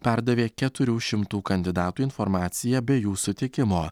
perdavė keturių šimtų kandidatų informaciją be jų sutikimo